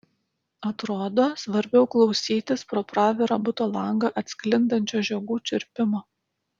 atrodo svarbiau klausytis pro pravirą buto langą atsklindančio žiogų čirpimo